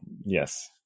Yes